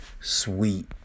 Sweet